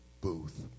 Booth